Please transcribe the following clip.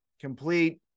complete